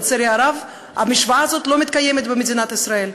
לצערי הרב, המשוואה הזאת לא מתקיימת במדינת ישראל,